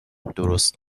درست